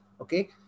Okay